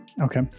Okay